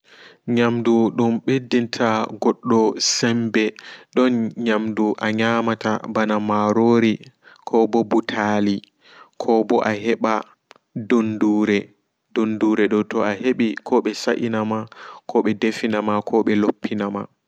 Nyamdu dum ɓeddinta goddo semɓe don nyamdu anyamata ɓana mamori koɓo ɓutali koɓo aheɓa dundure dundure do aheɓa ko ɓe sainama ko ɓedefinama koɓo ɓe loppinama.